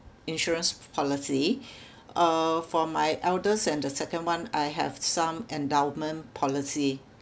insurance policy uh for my eldest and the second one I have some endowment policy